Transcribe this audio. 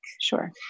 sure